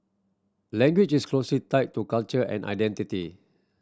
language is closely tied to culture and identity